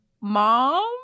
mom